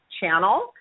channel